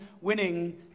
winning